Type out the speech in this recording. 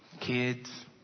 kids